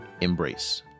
Embrace